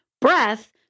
breath